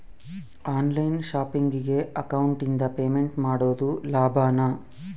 On line ಶಾಪಿಂಗಿಗೆ ಅಕೌಂಟಿಂದ payment ಮಾಡೋದು ಲಾಭಾನ?